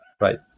right